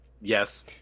Yes